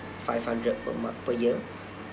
five hundred per month per year